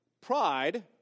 pride